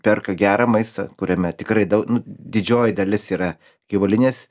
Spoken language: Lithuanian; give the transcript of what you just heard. perka gerą maistą kuriame tikrai daug nu didžioji dalis yra gyvulinės